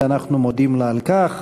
ואנחנו מודים לה על כך.